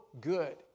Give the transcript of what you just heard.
good